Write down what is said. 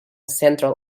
central